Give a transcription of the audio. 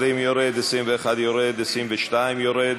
20, יורד, 21, יורד, 22, יורד.